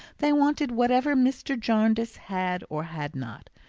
they wanted whatever mr. jarndyce had or had not.